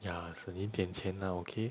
ya 省一点钱 lah okay